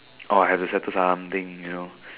I have to settle something you know